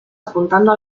apuntando